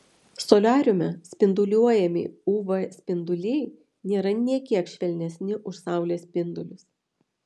soliariume spinduliuojami uv spinduliai nėra nė kiek švelnesni už saulės spindulius